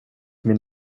min